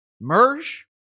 Merge